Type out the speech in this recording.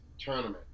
tournament